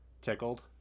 tickled